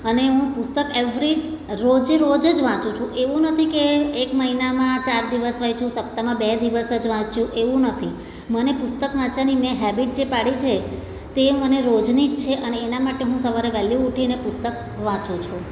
અને હું પુસ્તક એવરી રોજે રોજ જ વાંચું છું એવું નથી કે એક મહિનામાં ચાર દિવસ વાંચ્યું સપ્તાહમાં બે દિવસ જ વાંચ્યું એવું નથી મને પુસ્તક વાંચવાની મેં હેબિટ જે પાડી છે તે મને રોજની જ છે અને એના માટે હું સવારે વહેલી ઉઠીને પુસ્તક વાંચું છું